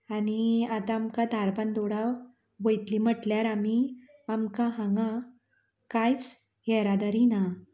आनी आतां आमकां धारबांदोडा वयतलीं म्हटल्यार आमी आमकां हांगां कांयच येरादारी ना